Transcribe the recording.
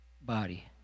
body